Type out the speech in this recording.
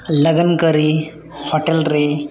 ᱞᱟᱜᱟᱱ ᱠᱟᱹᱨᱤ ᱦᱳᱴᱮᱞ ᱨᱮ